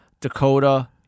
Dakota